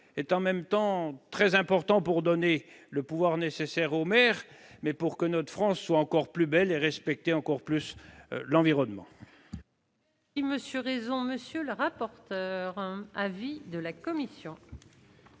est en même temps très important pour donner le pouvoir nécessaire au maire mais pour que notre France soit encore plus belle et respecter encore plus l'environnement.